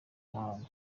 muhango